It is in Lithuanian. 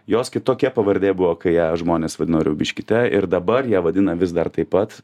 jos kitokia pavardė buvo kai ją žmonės vadino riaubiškyte ir dabar ją vadina vis dar taip pat